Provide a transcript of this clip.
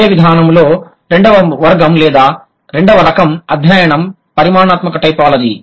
అదే విధానంలో రెండవ వర్గం లేదా రెండవ రకం అధ్యయనం పరిమాణాత్మక టైపోలాజీ